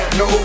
no